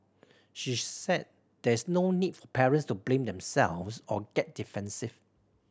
she said there is no need for parents to blame themselves or get defensive